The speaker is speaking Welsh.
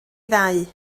ddau